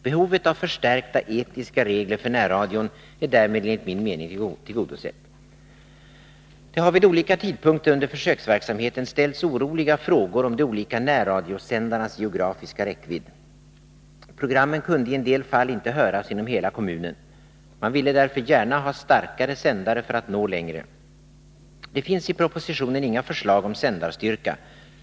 Behovet av förstärkta etiska regler för närradion är därmed enligt min mening tillgodosett. Det har vid olika tidpunkter under försöksverksamheten ställts oroliga frågor om de olika närradiosändarnas geografiska räckvidd. Programmen kunde en del fall inte höras inom hela kommunen. Man ville därför gärna ha starkare sändare för att nå längre. Det finns i propositionen inga förslag om sändarstyrka.